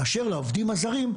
באשר לעובדים הזרים,